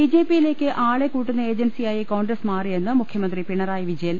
ബിജെപിയിലേക്ക് ആളെ കൂട്ടുന്ന ഏജൻസിയായി കോൺഗ്രസ് മാറിയെന്ന് മുഖ്യമന്ത്രി പിണറായി വിജയൻ